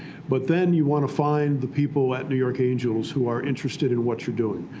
but then you want to find the people at new york angels who are interested in what you're doing.